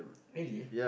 really